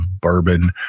bourbon